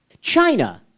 China